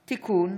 (תיקון,